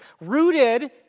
rooted